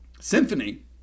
symphony